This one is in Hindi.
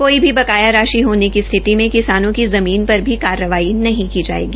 कोई भी बकाया राशि होने की स्थिति में किसानों की ज़मीन पर कोई कार्रवाई नहीं की जायेगी